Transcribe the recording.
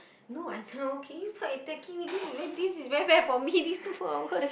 no I know can you stop attacking me this is very this is very bad for me these two hours